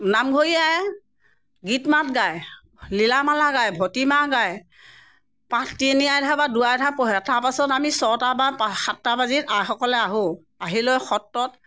নামঘৰীয়াই গীত মাত গায় লীলা মালা গায় ভতিমা গায় পাঠ তিনি আধ্যায় বা দুই আধ্যায় পঢ়ে তাৰ পাছত আমি ছটা বা সাতটা বজাত আমি আইসকলে আহো আহি লৈ সত্ৰত